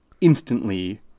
instantly